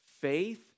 Faith